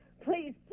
Please